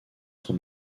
son